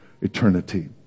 eternity